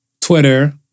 Twitter